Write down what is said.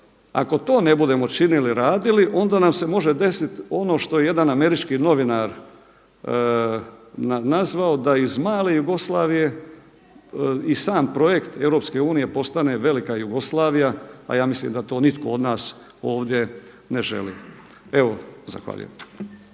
ako to ne budemo činili i radili, onda nam se može desiti ono što je jedan američki novinar nazvao da iz male Jugoslavije i sam projekt Europske unije postane velika Jugoslavija. A ja mislim da to nitko od nas ovdje ne želi. Evo, zahvaljujem.